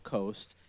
Coast